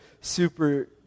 super